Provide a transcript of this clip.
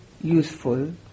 useful